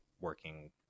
working